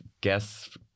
guess